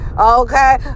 Okay